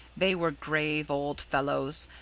they were grave old fellows,